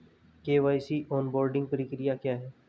KYC onboarding प्रक्रिया क्या है?